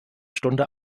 stunde